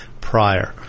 prior